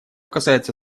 касается